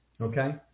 Okay